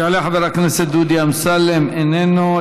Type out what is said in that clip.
יעלה חבר הכנסת דודי אמסלם, איננו.